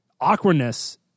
awkwardness